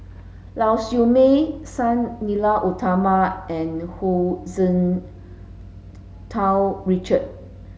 Lau Siew Mei Sang Nila Utama and Hu Tsu Tau Richard